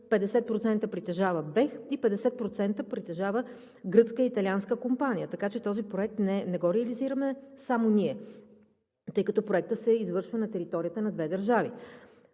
50% притежава БЕХ и 50% притежава гръцко-италианска компания. Този проект не го реализираме само ние, тъй като проектът се извършва на територията на две държави.